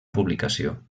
publicació